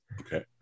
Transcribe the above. Okay